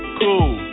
cool